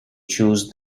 choose